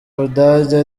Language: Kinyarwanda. budage